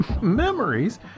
Memories